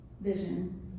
vision